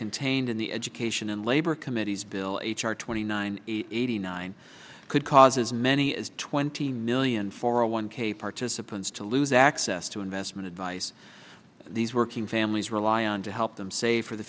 contained in the education and labor committees bill h r twenty nine eighty nine could cause as many as twenty million four hundred one k participants to lose access to investment advice these working families rely on to help them save for the